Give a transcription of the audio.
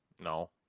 no